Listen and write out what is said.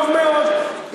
טוב מאוד.